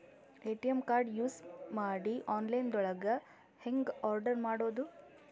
ATM card use ಮಾಡಿ online ದೊಳಗೆ ಹೆಂಗ್ ಆರ್ಡರ್ ಮಾಡುದು?